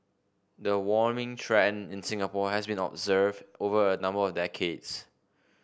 the warming trend in Singapore has been observed over a number of decades